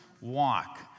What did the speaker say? walk